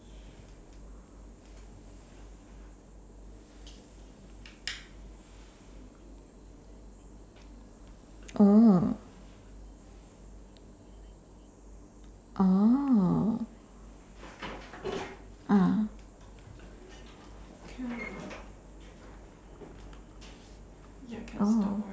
oh oh ah oh